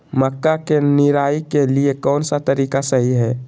मक्का के निराई के लिए कौन सा तरीका सही है?